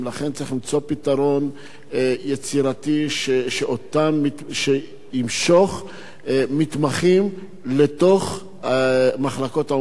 צריך למצוא פתרון יצירתי שימשוך מתמחים למחלקות האונקולוגיה.